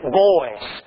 boys